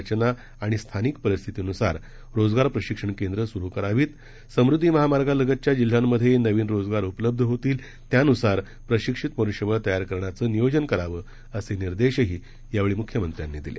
प्रत्येक जिल्ह्याची भौगोलिक रचना आणि स्थानिक परिस्थितीनुसार रोजगार प्रशिक्षण केंद्रं सुरू करावीत समृद्धी महामार्गालगतच्या जिल्ह्यांमधे नवीन रोजगार उपलब्ध होतील त्यानुसार प्रशिक्षित मनुष्यबळ तयार करण्याचे नियोजन करावं असे निर्देशही यावेळी मुख्यमंत्र्यांनी दिले